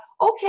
okay